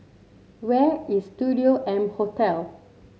where is Studio M Hotel